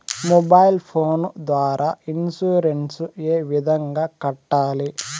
mobile phone ద్వారా insurance ఏ విధంగా కట్టాలి